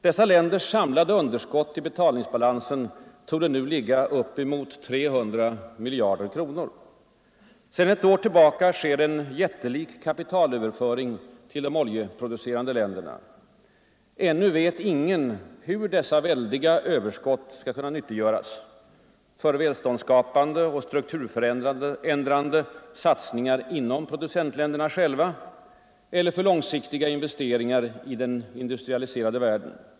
Dessa länders samlade underskott i betalningsbalansen torde nu ligga uppemot 300 miljarder kronor. Sedan ett år tillbaka sker en jättelik kapitalöverföring till de oljeproducerande länderna. Ännu vet ingen hur dessa väldiga överskott skall kunna nyttiggöras — för välståndsskapande och strukturför ändrande satsningar inom producentländerna själva eller för långsiktiga investeringar i den industriella världen.